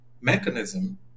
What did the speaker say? mechanism